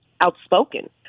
outspoken